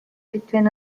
between